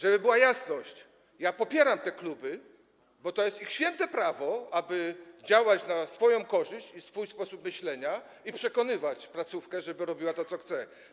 Żeby była jasność: popieram te kluby, bo to jest ich święte prawo, aby działać na swoją korzyść i zgodnie ze swoim sposobem myślenia i przekonywać placówkę, żeby robiła to, co chcą.